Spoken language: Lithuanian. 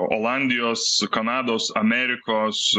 olandijos kanados amerikos